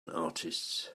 artists